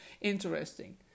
interesting